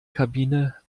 kabine